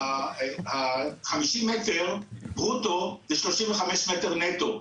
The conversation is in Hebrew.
ה-50 מטר ברוטו זה 35 מטר נטו.